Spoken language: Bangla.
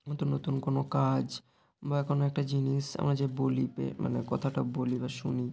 নতুন নতুন কোনও কাজ বা কোনও একটা জিনিস আমরা যে বলি মানে কথাটা বলি বা শুনি